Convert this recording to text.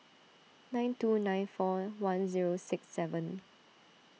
nine two nine four one zero six seven